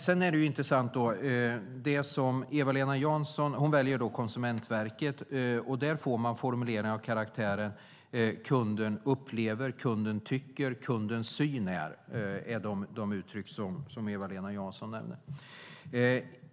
Sedan är det intressant att Eva-Lena Jansson väljer Konsumentverket. Där får man formuleringar av karaktären kunden upplever, kunden tycker, kundens syn är. Det är de uttryck som Eva-Lena Jansson nämner.